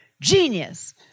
genius